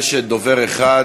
יש דובר אחד,